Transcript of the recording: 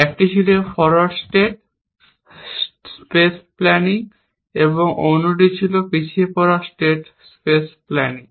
একটি ছিল forward state space planning এবং অন্যটি ছিল পিছিয়ে পড়া স্টেট স্পেস প্ল্যানিং